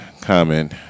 comment